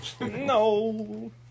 No